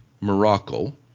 Morocco